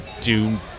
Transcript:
doom